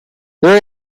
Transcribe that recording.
their